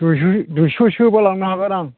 दुइस' दुइस'सोबा लांनो हागोन आं